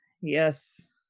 Yes